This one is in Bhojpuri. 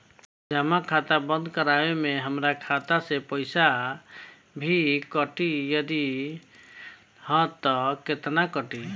जमा खाता बंद करवावे मे हमरा खाता से पईसा भी कटी यदि हा त केतना कटी?